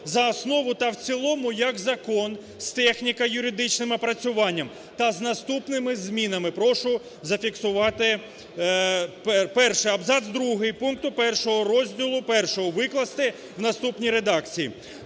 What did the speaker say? за основу та в цілому як закон з техніко-юридичним опрацюванням та з наступними змінами. Прошу зафіксувати. Перше. Абзац 2 пункту першого розділу І викласти в наступній редакції.